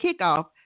kickoff